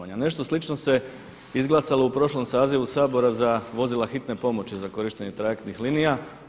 Nešto slično se izglasalo u prošlom sazivu Sabora za vozila hitne pomoći za korištenje trajektnih linija.